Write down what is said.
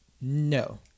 No